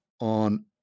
on